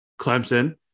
Clemson